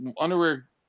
underwear